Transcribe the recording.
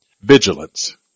Vigilance